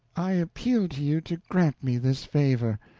i appeal to you to grant me this favor.